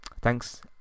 Thanks